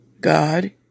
God